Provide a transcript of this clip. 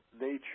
nature